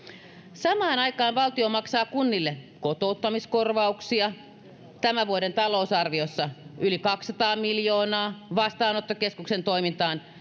samaan aikaan valtio maksaa kunnille kotouttamiskorvauksia tämän vuoden talousarviossa yli kaksisataa miljoonaa ja vastaanottokeskusten toimintaan